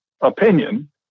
opinion